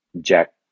jack